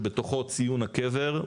שבתוכו ציון הקבר,